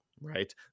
right